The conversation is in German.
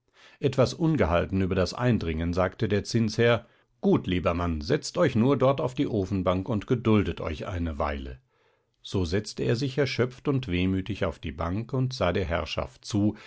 etwas ungehalten über das eindringen sagte der zinsherr gut lieber mann setzt euch nur dort auf die ofenbank und geduldet euch eine weile so setzte er sich erschöpft und wehmütig auf die bank und sah der herrschaft zu